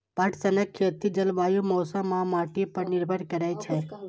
पटसनक खेती जलवायु, मौसम आ माटि पर निर्भर करै छै